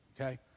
okay